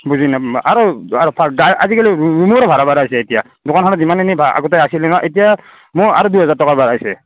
বুজি নাপায় আৰু আজিকালি ভাড়া বাঢ়িছে এতিয়া যিমানখিনি আগতে আছিলে ন' এতিয়া মোৰ আৰু দুই হাজাৰ টকা বঢ়াইছে